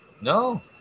No